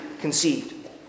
conceived